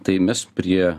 tai mes prie